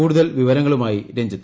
കൂടുതൽ വിവരങ്ങളുമായി രഞ്ജിത്ത്